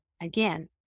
again